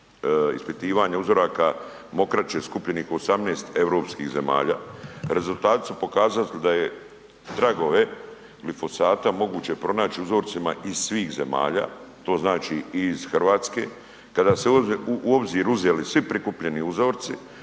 ispitivanja uzoraka mokraće skupljenih u 18 europskih zemalja. Rezultati su pokazali da je tragove glifosata moguće pronaći u uzorcima iz svih zemalja, to znači i iz Hrvatske. Kada se u obzir uzeli svi prikupljeni uzorci,